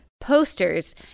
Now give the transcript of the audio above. posters